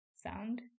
sound